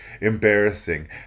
embarrassing